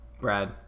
brad